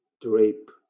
drape